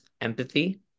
empathy